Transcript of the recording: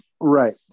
Right